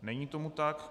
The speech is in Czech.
Není tomu tak.